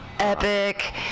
Epic